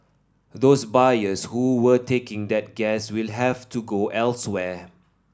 those buyers who were taking that gas will have to go elsewhere